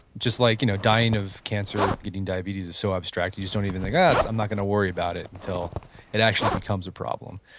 just like you know dying of cancer, getting diabetes is so abstract. you just don't even think, ah, i'm not going to worry about it until it actually becomes a problem.